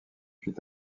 fut